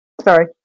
Sorry